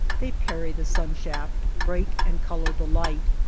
they parry the sunshaf t, break and color the light,